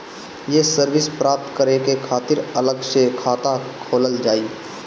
ये सर्विस प्राप्त करे के खातिर अलग से खाता खोलल जाइ?